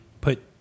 put